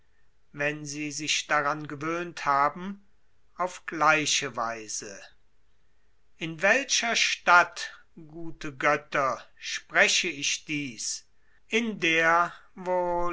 wenn sie sich daran gewöhnt haben auf gleiche weise in welcher stadt gute götter spreche ich dies in der wo